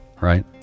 right